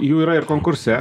jų yra ir konkurse